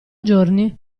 giorni